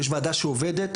יש ועדה שעובדת,